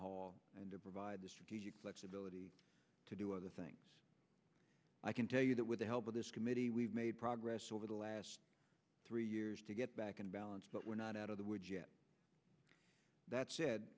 haul and to provide the strategic stability to do other things i can tell you that with the help of this committee we've made progress over the last three years to get back in balance but we're not out of the woods yet that said